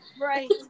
Right